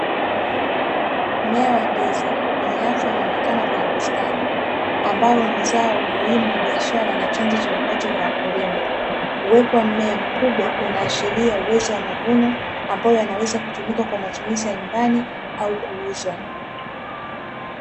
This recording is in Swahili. Mmea wa ndizi wenye afya unaoonekana kwenye bustani, ambalo ni zao muhimu la biashara na chanzo cha mapato kwa wakulima. Uwepo wa mmea mkubwa unaashiria uwezo wa mavuno, ambayo yanaweza kutumika kwa matumizi ya nyumbani au kuuzwa.